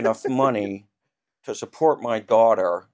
enough money to support my daughter